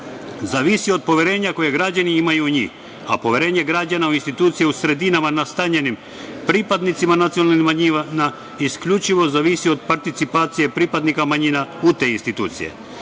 zavisi od poverenja koje građani imaju u njih, a poverenje građana u institucije u sredinama nastanjenim pripadnicima nacionalnih manjina isključivo zavisi od participacije pripadnika nacionalnih manjina u te institucije. Zato,